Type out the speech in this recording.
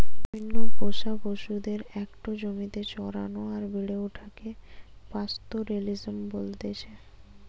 বিভিন্ন পোষা পশুদের একটো জমিতে চরানো আর বেড়ে ওঠাকে পাস্তোরেলিজম বলতেছে